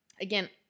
Again